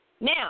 Now